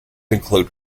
include